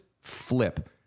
flip